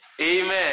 Amen